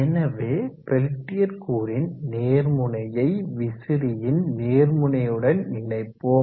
எனவே பெல்டியர் கூறின் நேர்முனையை விசிறியின் நேர்முனையுடன் இணைப்போம்